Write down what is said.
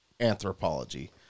anthropology